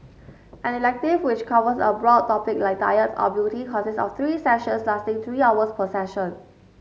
an elective which covers a broad topic like diet or beauty consists of three sessions lasting three hours per session